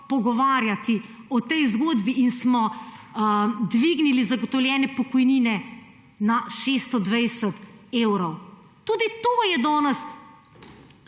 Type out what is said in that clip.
pogovarjali o tej zgodbi in smo dvignili zagotovljene pokojnine na 620 evrov. Tudi to je danes